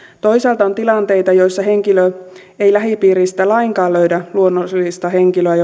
toisaalta on tilanteita joissa henkilö ei lähipiiristään lainkaan löydä luonnollista henkilöä